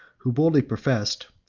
who boldly professed,